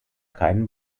keinen